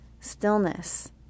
stillness